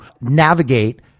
navigate